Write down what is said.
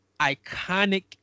iconic